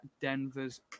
denver's